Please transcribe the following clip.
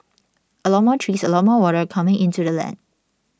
a lot more trees a lot more water coming into the land